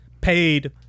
paid